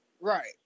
right